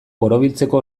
borobiltzeko